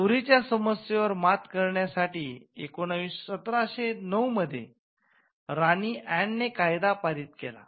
चोरीच्या समस्येवर मात करण्यासाठी १७०९ मध्ये राणी ऍन ने कायदा पारित केला